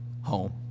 home